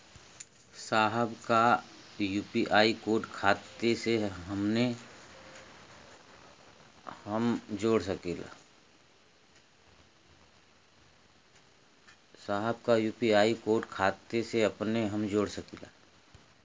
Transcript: साहब का UPI code खाता से अपने हम जोड़ सकेला?